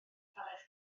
heledd